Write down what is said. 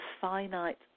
finite